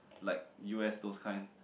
like u_s those kind